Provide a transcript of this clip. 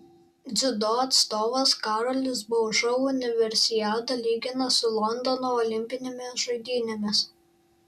dziudo atstovas karolis bauža universiadą lygina su londono olimpinėmis žaidynėmis